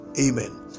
amen